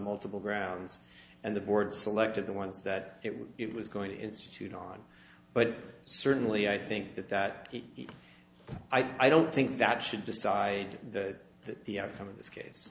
multiple grounds and the board selected the ones that it was going to institute on but certainly i think that that i don't think that should decide that that the outcome of this case